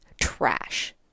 Trash